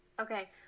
Okay